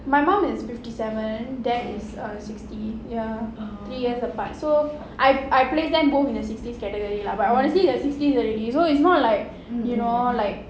my mum is fifty seven dad is err sixty ya three years apart so I I place them both in the sixties category lah but honestly they are in their sixties already so it's not like you know like